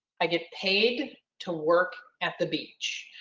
i get paid to work at the beach.